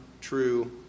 true